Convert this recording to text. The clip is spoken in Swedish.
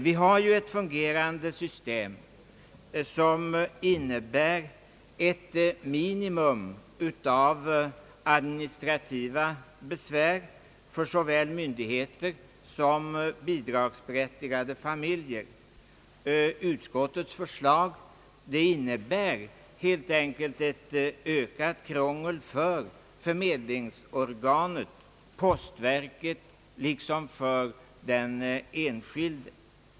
Vi har ett fungerande system som innebär ett minimum av administrativa besvär för såväl myndigheter som bidragsberättigade familjer. Utskottets förslag innebär helt enkelt ett ökat krångel för förmedlingsorganet och postverket liksom för den enskilde.